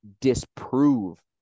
disprove